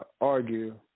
argue